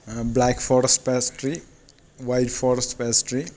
black forest pastry white forest pastry